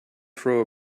throw